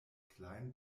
klein